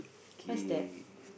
kay